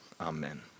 Amen